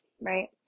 right